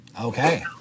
Okay